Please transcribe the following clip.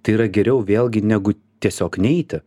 tai yra geriau vėlgi negu tiesiog neiti